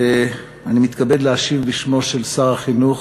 אני מתכבד להשיב בשמו של שר החינוך,